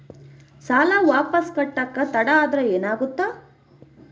ಸಾಲ ವಾಪಸ್ ಕಟ್ಟಕ ತಡ ಆದ್ರ ಏನಾಗುತ್ತ?